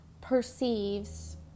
perceives